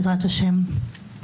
בעזרת השם.